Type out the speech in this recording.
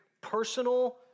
personal